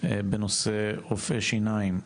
בנושא רופאי שיניים,